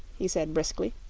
he said, briskly.